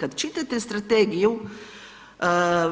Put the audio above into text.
Kad čitate strategiju